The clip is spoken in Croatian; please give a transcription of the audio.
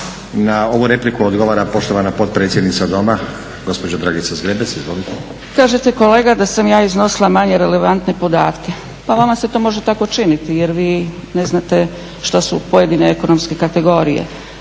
Na ovu repliku odgovora poštovana potpredsjednica doma gospođa Dragica Zgrebec. Izvolite. **Zgrebec, Dragica (SDP)** Kažete kolega da sam ja iznosila manje relevantne podatke? Pa vama se to može tako činiti jer vi ne znate što su pojedine ekonomske kategorije.